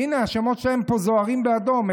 הינה, השמות שלהם פה זוהרים באדום.